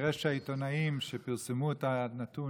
כנראה שהעיתונאים שפרסמו את הנתון